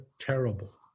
terrible